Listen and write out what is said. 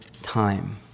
time